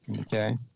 okay